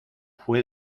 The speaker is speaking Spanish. fue